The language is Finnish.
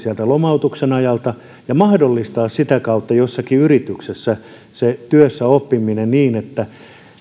lomautuksen ajalta ja mahdollistaa sitä kautta jossakin yrityksessä se työssäoppiminen niin että